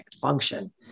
function